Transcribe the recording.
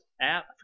app